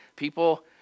People